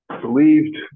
believed